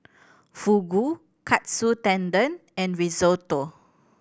Fugu Katsu Tendon and Risotto